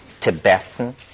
Tibetan